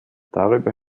darüber